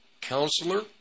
counselor